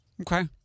Okay